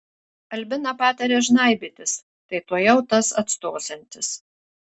albina patarė žnaibytis tai tuojau tas atstosiantis